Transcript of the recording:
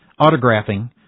autographing